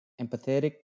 empathetic